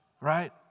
right